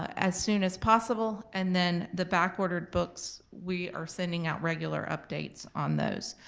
as soon as possible and then the back-ordered books we are sending out regular updates on those.